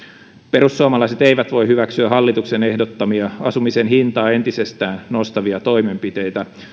perussuomalaiset eivät voi hyväksyä hallituksen ehdottamia asumisen hintaa entisestään nostavia toimenpiteitä